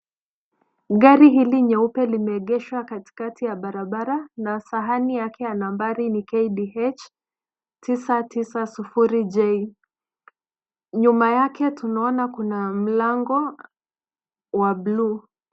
Gari hili nyeupe limeegeshwa katikati ya barabara na sahani yake a nambari ni KDH 990J.Nyuma yake tunaona kuna mlango wa bluu.